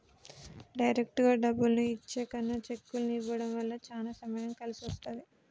డైరెక్టుగా డబ్బుల్ని ఇచ్చే కన్నా చెక్కుల్ని ఇవ్వడం వల్ల చానా సమయం కలిసొస్తది